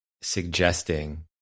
suggesting